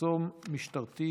מחסום משטרתי